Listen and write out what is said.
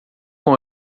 com